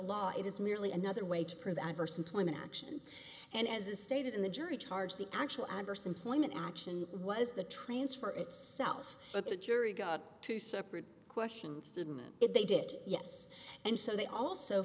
it is merely another way to prove adverse employment action and as a stated in the jury charge the actual adverse employment action was the transfer itself but the jury got two separate questions didn't it they did yes and so they also